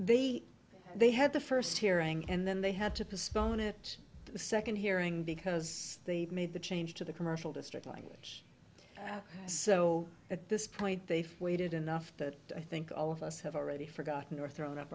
they they had the first hearing and then they had to postpone it the second hearing because they made the change to the commercial district language so at this point they waited enough but i think all of us have already forgotten or thrown up